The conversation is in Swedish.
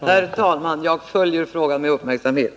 Herr talman! Jag följer frågan med uppmärksamhet.